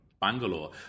Bangalore